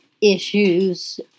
issues